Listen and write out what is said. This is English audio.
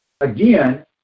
Again